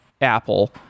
Apple